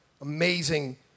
amazing